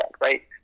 right